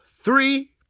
three